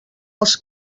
els